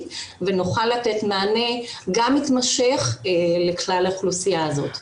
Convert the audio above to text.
ונוכל לתת מענה גם מתמשך לכלל האוכלוסייה הזאת.